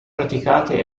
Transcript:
praticate